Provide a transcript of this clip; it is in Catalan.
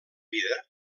vida